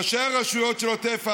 ראשי הרשויות של עוטף עזה,